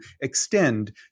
extend